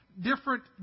different